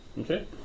okay